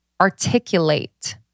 articulate